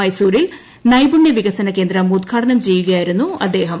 മൈസൂരിൽ നൈപുണ്യവികസന കേന്ദ്രം ഉദ്ഘാടനം ചെയ്യുകയായിരുന്നു അദ്ദേഹം